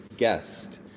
guest